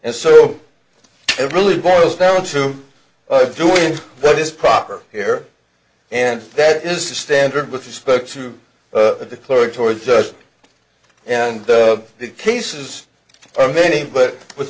and so it really boils down to doing what is proper here and that is the standard with respect to the clerk towards us and the cases are many but with